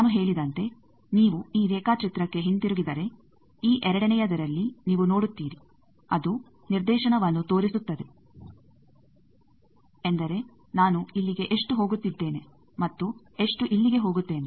ನಾನು ಹೇಳಿದಂತೆ ನೀವು ಈ ರೇಖಾಚಿತ್ರಕ್ಕೆ ಹಿಂತಿರುಗಿದರೆ ಈ ಎರಡನೆಯದರಲ್ಲಿ ನೀವು ನೋಡುತ್ತೀರಿ ಅದು ನಿರ್ದೇಶನವನ್ನು ತೋರಿಸುತ್ತದೆ ಎಂದರೆ ನಾನು ಇಲ್ಲಿಗೆ ಎಷ್ಟು ಹೋಗುತ್ತಿದ್ದೇನೆ ಮತ್ತು ಎಷ್ಟು ಇಲ್ಲಿಗೆ ಹೋಗುತ್ತೇನೆ